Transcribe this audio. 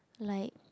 like